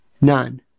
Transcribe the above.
None